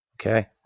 Okay